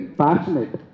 passionate